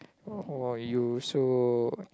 oh !wow! you so